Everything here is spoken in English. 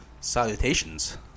Salutations